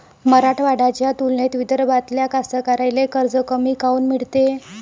मराठवाड्याच्या तुलनेत विदर्भातल्या कास्तकाराइले कर्ज कमी काऊन मिळते?